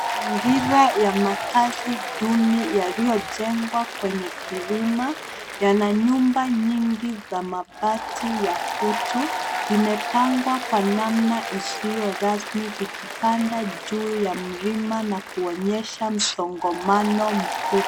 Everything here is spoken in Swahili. Mazingira ya makazi duni yaliyojengwa kwenye kilima yana nyumba nyingi za mabati ya kutu. Zimepangwa kwa namna isiyo rasmi zikipanda juu ya milima na kuonyesha msongamano mkuu.